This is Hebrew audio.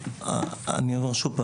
אני אומר שוב,